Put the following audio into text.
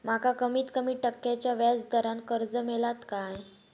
माका कमीत कमी टक्क्याच्या व्याज दरान कर्ज मेलात काय?